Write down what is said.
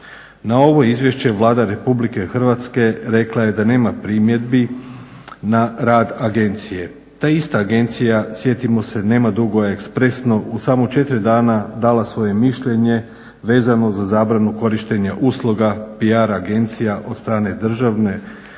Na ovo izvješće Vlada Republike Hrvatske rekla je da nema primjedbi na rad agencije. Ta ista agencija sjetimo se nema dugo, ekspresno u samo 4 dana dala svoje mišljenje vezano za zabranu korištenja usluga PR agencija od strane državne